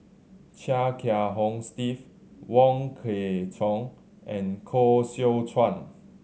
Chia Kiah Hong Steve Wong Kwei Cheong and Koh Seow Chuan